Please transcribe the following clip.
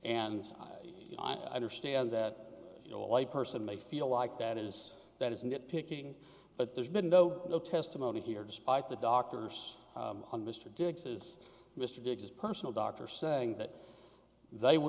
and i understand that you know a white person may feel like that is that is nit picking but there's been no no testimony here despite the doctors mr diggs is mr diggs personal doctor saying that they would